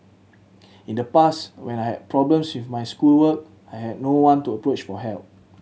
in the past when I have problems with my schoolwork I had no one to approach for help